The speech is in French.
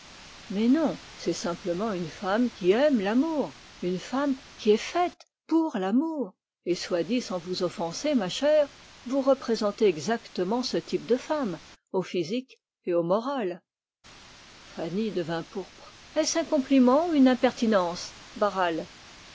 mais non c'est simplement une femme qui aime l'amour une femme qui est faite pour l'amour et soit dit sans vous offenser ma chère vous représentez exactement ce type de femme au physique et au moral fanny devint pourpre est-ce un compliment ou une impertinence barral